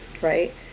Right